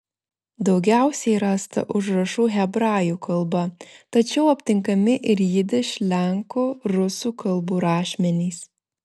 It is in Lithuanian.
daugiausiai rasta užrašų hebrajų kalba tačiau aptinkami ir jidiš lenkų rusų kalbų rašmenys